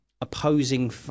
opposing